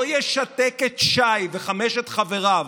לא ישתק את שי וחמשת חבריו,